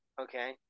Okay